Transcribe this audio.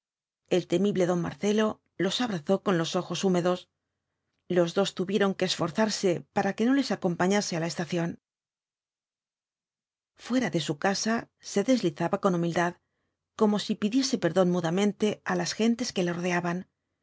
el temible don marcelo los abrazó con los ojos húmedos los dos tuvieron que esforzarse para que no les acompañase á la estación fuera de su casa se deslizaba con humildad como si pidiese perdón mudamente á las gentes que le rodeaban